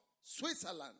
Switzerland